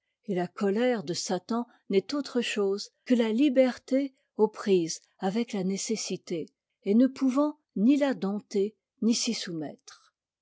et la colère de satan n'est autre chose que la liberté aux prises avec la nécessité et ne pouvant ni la dompter ni s'y soumettre